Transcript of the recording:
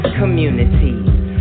communities